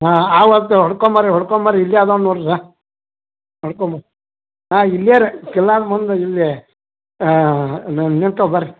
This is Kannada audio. ಹಾಂ ಅವತ್ತು ಹೊಡ್ಕೊಂಬನ್ರಿ ಹೊಡ್ಕೊಂಬನ್ರಿ ಇಲ್ಲೇ ಇದಾವ್ ನೋಡ್ರಲ ನಡ್ಕೊಮು ಹಾಂ ಇಲ್ಲೇ ಕಿಲ್ಲಾ ಮುಂದೆ ಇಲ್ಲೇ ನ ನಿಲ್ತೇವೆ ಬನ್ರಿ